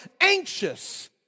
anxious